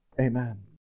amen